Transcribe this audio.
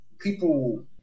people